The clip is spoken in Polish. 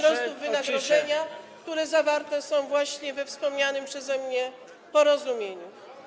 wzrostów wynagrodzenia, które zawarte są właśnie we wspomnianym przeze mnie porozumieniu.